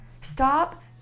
Stop